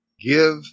give